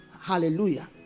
hallelujah